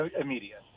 immediate